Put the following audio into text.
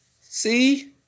see